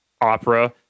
opera